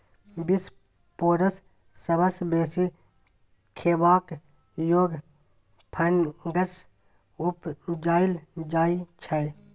बिसपोरस सबसँ बेसी खेबाक योग्य फंगस उपजाएल जाइ छै